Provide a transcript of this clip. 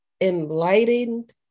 enlightened